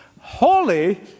Holy